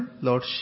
Lord